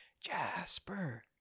Jasper